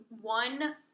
one